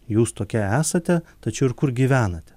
jūs tokie esate tačiau ir kur gyvenate